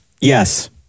Yes